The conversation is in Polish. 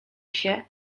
się